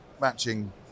matching